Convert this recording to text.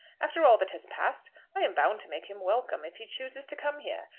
after all that has passed i am bound to make him welcome if he chooses to come here,